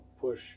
push